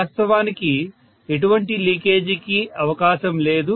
వాస్తవానికి ఎటువంటి లీకేజీకి అవకాశం లేదు